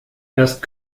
erst